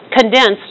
condensed